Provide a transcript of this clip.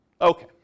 Okay